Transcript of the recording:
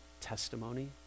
testimony